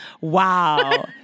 Wow